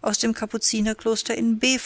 aus dem kapuzinerkloster in b